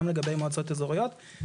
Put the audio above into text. גם לגבי מועצות אזוריות.